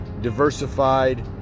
diversified